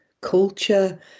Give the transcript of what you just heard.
culture